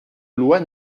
loi